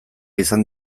izan